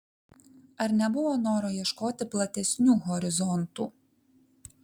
ar nebuvo noro ieškoti platesnių horizontų